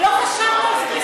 ולא חשבנו על זה.